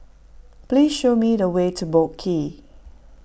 please show me the way to Boat Quay